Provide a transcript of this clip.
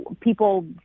people